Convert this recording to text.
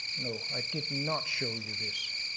no, i did not show you this.